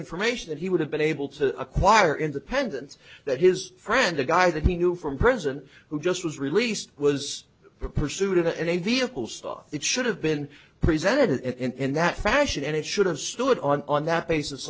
information that he would have been able to acquire independence that his friend the guy that he knew from prison who just was released was pursued in a vehicle saw it should have been presented in that fashion and it should have stood on that basis